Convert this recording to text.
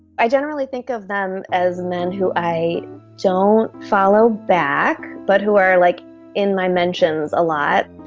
i generally think of them as men who i don't follow back but who are like in my mentions a lot.